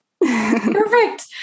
Perfect